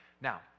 Now